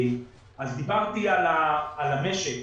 דיברתי על המשק.